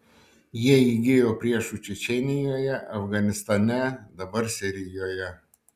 jie įgijo priešų čečėnijoje afganistane dabar sirijoje